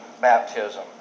baptism